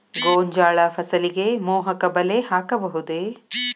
ಗೋಂಜಾಳ ಫಸಲಿಗೆ ಮೋಹಕ ಬಲೆ ಹಾಕಬಹುದೇ?